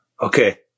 okay